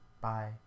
Bye